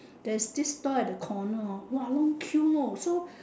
there's this store at the corner hor !wah! long queue lor so